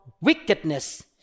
wickedness